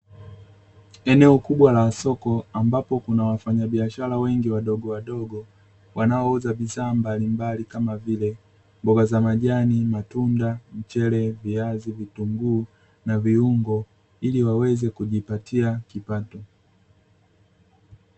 Eneo kubwa la soko ambapo kuna wafanyabiashara wengi wadogowadogo, wanaouza bidhaa mbalimbali kama vile: mboga za majani, matunda, mchele, viazi, vitunguu na viungo; ili waweze kujipatia kipato.